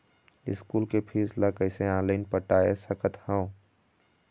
School के fees ला कैसे ऑनलाइन पटाए सकत हव?